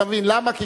אתה מבין, למה?